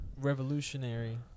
revolutionary